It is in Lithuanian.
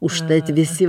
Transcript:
užtat visi